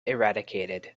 eradicated